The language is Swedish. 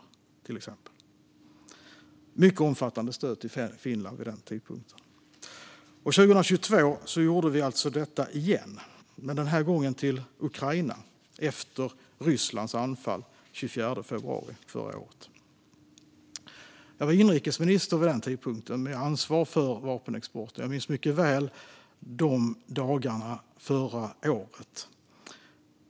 Det var ett mycket omfattande stöd till Finland vid den tidpunkten. År 2022 gjorde vi detta igen, men den här gången till Ukraina efter Rysslands anfall den 24 februari förra året. Jag var inrikesminister vid den tidpunkten och hade ansvar för vapenexporten. Jag minns mycket väl de dagarna förra året.